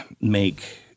make